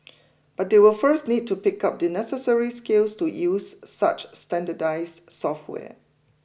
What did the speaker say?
but they will first need to pick up the necessary skills to use such standardised software